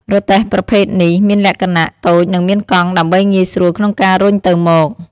រទេះប្រភេទនេះមានលក្ខណៈតូចនិងមានកង់ដើម្បីងាយស្រួលក្នុងការរុញទៅមក។